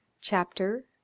Chapter